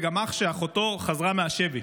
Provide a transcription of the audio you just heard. גם אח שאחותו חזרה מהשבי